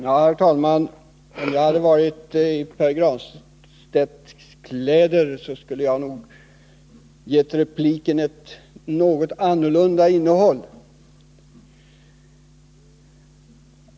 Herr talman! Om jag hade varit i Pär Granstedts kläder, skulle jag nog ha gett repliken ett något annorlunda innehåll.